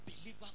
believer